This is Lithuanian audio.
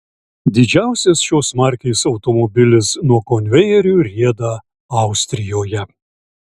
didžiausias šios markės automobilis nuo konvejerių rieda austrijoje